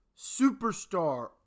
superstar